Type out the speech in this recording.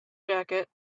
jacket